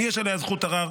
ויש עליה זכות ערר.